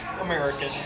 American